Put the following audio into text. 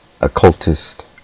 occultist